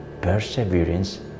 perseverance